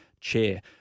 chair